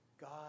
God